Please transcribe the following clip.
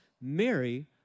Mary